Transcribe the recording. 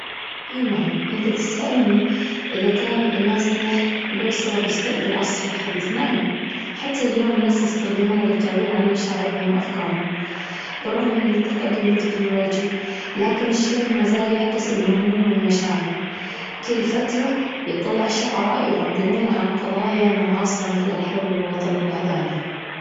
إي نعم، إنت تسألني إذا كان الناس له لو صلة بالشعر بالعصر الحديث، نعم، حتى اليوم الناس يستخدمونه للتعبير عن مشاعرهم وأفكارهم بالرغم من التقدم التكنولوجي، لكن الشعر ما زال يعكس الهموم والمشاعر، كل فترة يطلع شعراء يعبرون عن قضايا معاصرة مثل الحب والوطن والعدالة.